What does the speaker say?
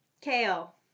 Kale